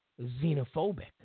xenophobic